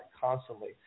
constantly